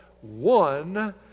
one